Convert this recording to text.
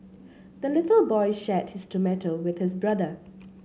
the little boy shared his tomato with his brother